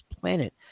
planet